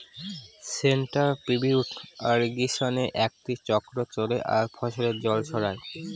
central pivot ইর্রিগেশনে একটি চক্র চলে আর ফসলে জল ছড়ায়